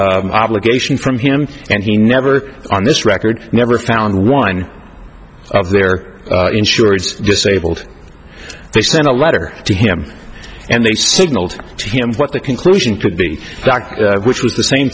op obligation from him and he never on this record never found one of their insurance disabled they sent a letter to him and they signaled to him what the conclusion could be which was the same